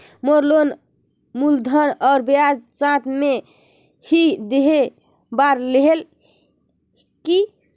मोर loan मूलधन और ब्याज साथ मे ही देहे बार रेहेल की?